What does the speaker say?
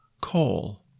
coal